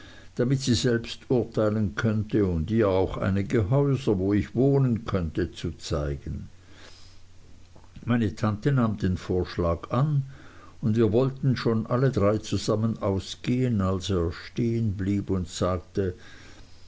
damit sie selbst urteilen könnte und ihr auch einige häuser wo ich wohnen könnte zu zeigen meine tante nahm den vorschlag an und wir wollten schon alle drei zusammen ausgehen als er stehen blieb und sagte